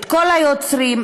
כל היוצרים,